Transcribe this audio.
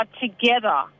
together